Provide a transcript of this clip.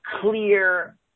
clear